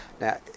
Now